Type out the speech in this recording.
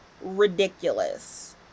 ridiculous